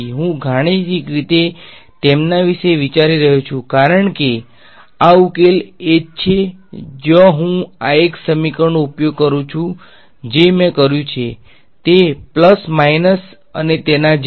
હું ગાણિતિક રીતે તેમના વિશે વિચારી રહ્યો છું કારણ કે આ ઉકેલ એ જ છે જ્યાં હું આ એક સમીકરણનો ઉપયોગ કરું છું જે મેં કર્યું તે પ્લસ માયનસ અને તે જેવી હતું